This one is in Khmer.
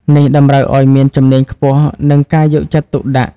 នេះតម្រូវឱ្យមានជំនាញខ្ពស់ និងការយកចិត្តទុកដាក់។